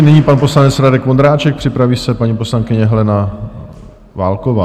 Nyní pan poslanec Radek Vondráček, připraví se paní poslankyně Helena Válková.